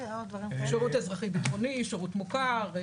שירות אזרחי ביטחוני, שירות מוכר,